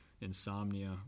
insomnia